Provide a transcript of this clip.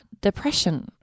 depression